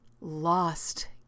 lost